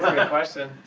and question.